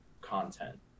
content